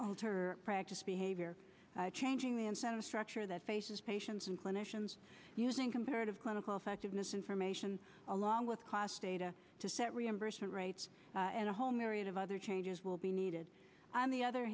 alter practice behavior changing the incentive structure that faces patients and clinicians using comparative clinical fact of misinformation along with cost data to set reimbursement rates and a whole myriad of other changes will be needed on the other